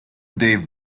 dave